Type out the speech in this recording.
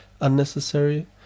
unnecessary